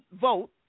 vote